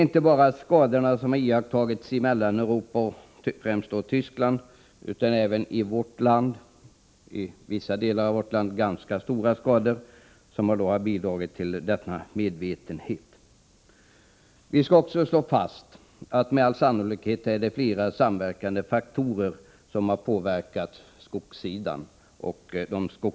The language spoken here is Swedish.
Inte bara de skador som iakttagits i Mellaneuropa, främst i Tyskland, utan också skador i vårt land — i vissa delar av landet är de ganska stora — har bidragit till denna medvetenhet. Jag vill slå fast att det med all sannolikhet är flera samverkande faktorer som har orsakat de skogsskador som vi har.